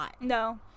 no